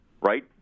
Right